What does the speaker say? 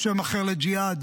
שם אחר לג'יהאד,